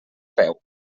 peu